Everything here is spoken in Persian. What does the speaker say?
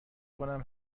کنم